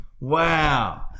Wow